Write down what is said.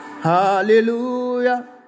Hallelujah